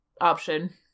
option